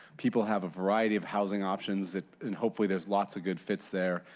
people have a variety of housing options and hopefully there's lots of good fits there,